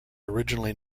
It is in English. originally